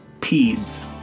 PEDs